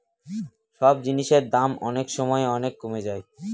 সব জিনিসের দাম অনেক সময় অনেক কমে যায়